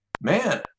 man